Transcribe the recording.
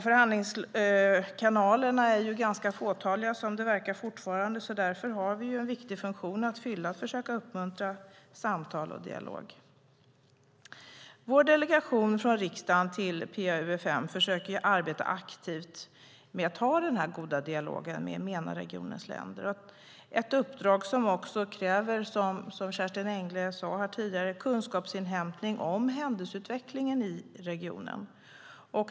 Förhandlingskanalerna verkar fortfarande vara ganska fåtaliga, och därför har vi en viktig funktion att fylla genom att försöka uppmuntra samtal och dialog. Vår delegation från riksdagen till PA-UfM försöker arbeta aktivt med att ha den goda dialogen med Menaregionens länder. Det är ett uppdrag som också kräver, som Kerstin Engle sade tidigare, kunskapsinhämtning om händelseutvecklingen i regionen.